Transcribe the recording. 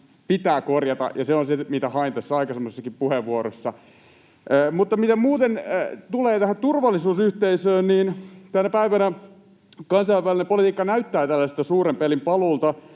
pitää korjata, ja se on se, mitä hain aikaisemmassakin puheenvuorossani. Mitä muuten tulee tähän turvallisuusyhteisöön, niin tänä päivänä kansainvälinen politiikka näyttää tällaiselta suuren pelin paluulta,